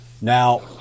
Now